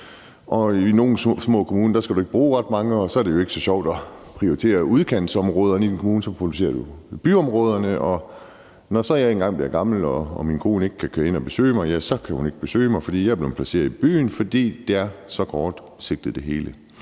I nogle små kommuner skal du ikke bruge ret mange. Og så er det jo ikke så sjovt at prioritere udkantsområderne i en kommune, så der prioriterer du byområderne. Når så en gang jeg bliver gammel og min kone ikke kan køre ind og besøge mig, ja, så kan hun ikke besøge mig, for jeg er blevet placeret i byen, fordi det hele er så kortsigtet. Dem,